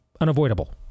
Unavoidable